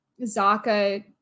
Zaka